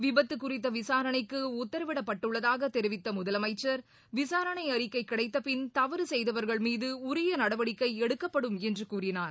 விபத்து குறித்த விசாரணைக்கு உத்தரவிடப்பட்டுள்ளதாக தெரிவித்த முதலமைச்சர் விசாரணை அறிக்கை கிடைத்தபின் தவறு செய்தவர்கள் மீது உரிய நடவடிக்கை எடுக்கப்படும் என்று கூறினார்